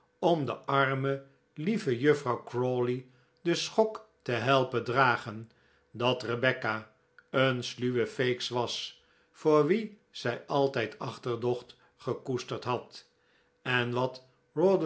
om de arme lieve juffrouw crawley den schok te helpen dragen dat rebecca een sluwe feeks was voor wie zij altijd achterdocht gekoesterd had en wat